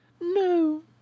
No